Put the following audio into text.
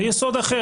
זה יסוד אחר.